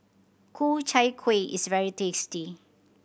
Ku Chai Kuih is very tasty